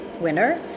winner